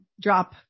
drop